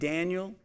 Daniel